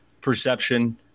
perception